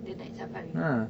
the night safari